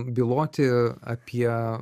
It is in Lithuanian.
byloti apie